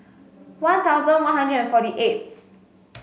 One Thousand One Hundred and forty eighth